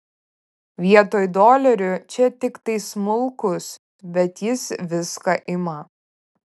vietoj dolerių čia tiktai smulkūs bet jis viską ima